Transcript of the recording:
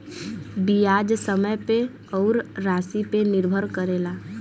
बियाज समय पे अउर रासी पे निर्भर करेला